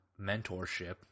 mentorship